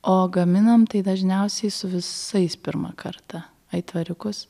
o gaminam tai dažniausiai su visais pirmą kartą aitvariukus